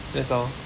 that's all